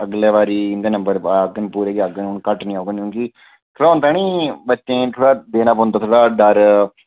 अगले बारी इं'दे नंबर घट्ट निं औङन क्योंकि ओह् होंदा निं बच्चें ई थोह्ड़ा देना पौंदा ओह्दा डर